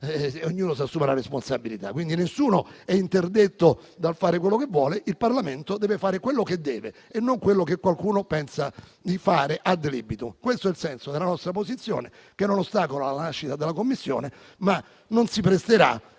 ognuno si assume le proprie responsabilità. Nessuno, quindi, è interdetto dal fare quello che vuole: il Parlamento deve fare quello che deve e non quello che qualcuno pensa di fare *ad libitum*. Questo è il senso della nostra posizione che non ostacola la nascita della Commissione, ma non si presterà